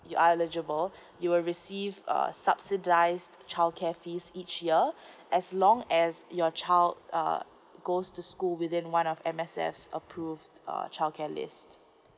you are eligible you will receive a subsidised childcare fees each year as long as your child uh goes to school within one of M_S_F approved uh childcare list